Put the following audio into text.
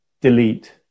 delete